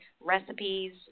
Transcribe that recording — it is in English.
recipes